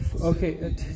Okay